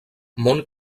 món